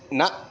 ਨਾ